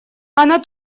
она